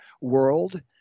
world